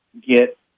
get